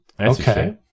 Okay